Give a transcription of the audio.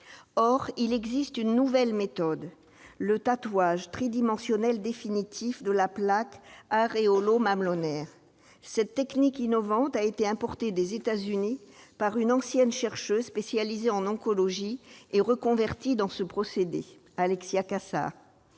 Or il existe une nouvelle méthode : le tatouage tridimensionnel définitif de la plaque aréolo-mamelonnaire. Cette technique innovante a été importée des États-Unis par une ancienne chercheuse spécialisée en oncologie et reconvertie dans ce procédé, Alexia Cassar.